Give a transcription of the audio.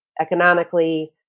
economically